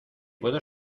puedo